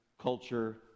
culture